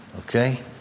Okay